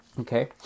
Okay